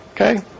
Okay